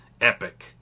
epic